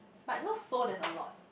but I know Seoul there's a lot